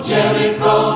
Jericho